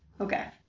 Okay